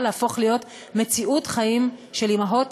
להפוך להיות מציאות חיים של אימהות,